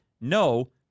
No